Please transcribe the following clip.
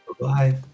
bye